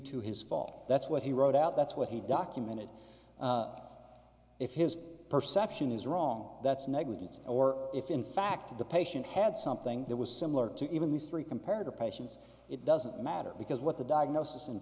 to his fall that's what he wrote out that's what he documented if his perception is wrong that's negligence or if in fact the patient had something that was similar to even these three compared to patients it doesn't matter because what the diagnosis in